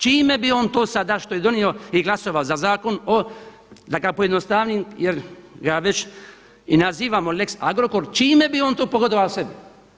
Čime bi on to sada što je donio i glasovao za zakon o da ga pojednostavim jer ga već i nazivamo lex Agrokor, čime bi on to pogodovao sebi?